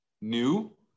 new